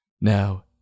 Now